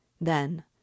Then